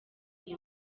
iyi